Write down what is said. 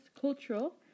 cultural